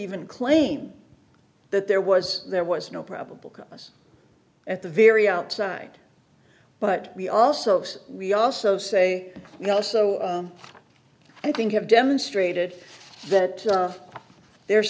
even claim that there was there was no probable cause at the very outside but we also we also say we also i think have demonstrated that there's